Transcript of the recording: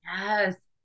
Yes